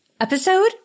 episode